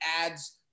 adds